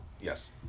Yes